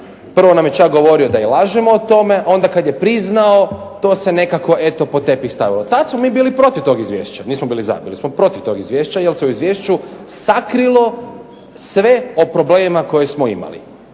Prvo nam je čak govorio da i lažemo o tome, onda kad je priznao to se nekako eto pod tepih stavilo. Tad smo mi bili protiv tog izvješća, nismo bili za, bili smo protiv tog izvješća jer se u izvješću sakrilo sve o problemima koje smo imali.